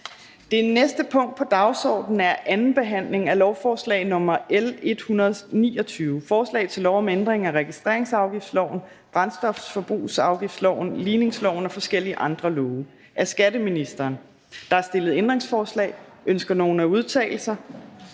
Det næste punkt på dagsordenen er: 8) 2. behandling af lovforslag nr. L 129: Forslag til lov om ændring af registreringsafgiftsloven, brændstofforbrugsafgiftsloven, ligningsloven og forskellige andre love. (Ændring af registreringsafgiften af person-